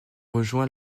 rejoint